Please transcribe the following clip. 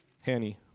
Hanny